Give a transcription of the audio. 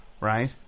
Right